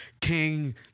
king